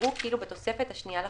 יראו כאילו בתופסת השנייה לחוק,